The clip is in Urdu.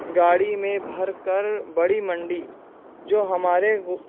گاڑی میں بھر کر بڑی منڈی جو ہمارے